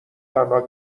تنها